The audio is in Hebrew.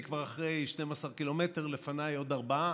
אני כבר אחרי 12 קילומטר, לפניי עוד ארבעה,